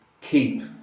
keep